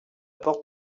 porte